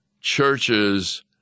churches